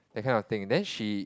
that kind of thing then she